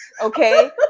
Okay